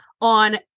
on